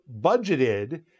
budgeted